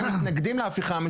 ולא רק ממפלגה אחת.